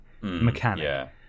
mechanic